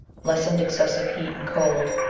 lessened excessive heat and cold,